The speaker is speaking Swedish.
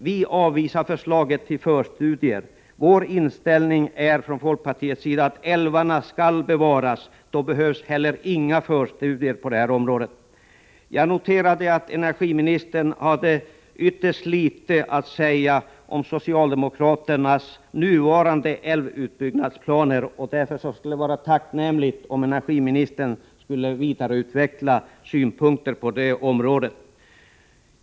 Vi avvisar förslaget till förstudier. Folkpartiets inställning är att älvarna skall bevaras. Då behövs inte heller några förstudier. Jag noterade att energiministern hade ytterst litet att säga om socialdemokraternas nuvarande älvutbyggnadsplaner. Det skulle därför vara tacknämligt om energiministern vidareutvecklade synpunkter på detta.